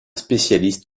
spécialiste